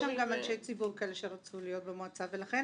אבל יש שם גם אנשי ציבור כאלה שרצו להיות במועצה ולכן